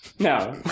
No